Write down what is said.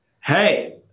Hey